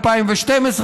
2012,